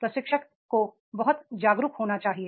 प्रशिक्षक को बहुत जागरूक होना चाहिए